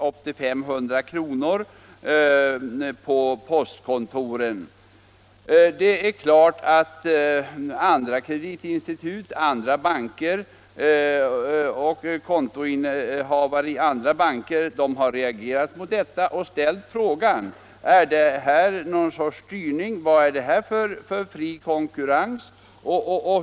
skulle lösas in på postkontoren. Det är klart att andra banker och kontoinnehavare i andra banker har reagerat mot detta och ställt frågan: Är det här någon sorts styrning? Vad blir det av den fria konkurrensen?